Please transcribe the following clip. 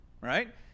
right